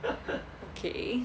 okay